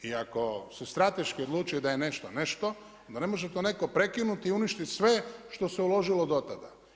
I ako se strateški odlučuje da je nešto nešto, onda ne može to netko prekinuti i uništiti sve što se uložilo do tada.